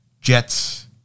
Jets